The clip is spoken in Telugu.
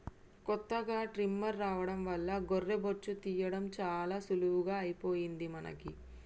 కొత్తగా ట్రిమ్మర్ రావడం వల్ల గొర్రె బొచ్చు తీయడం చాలా సులువుగా అయిపోయింది మనకి